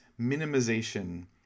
minimization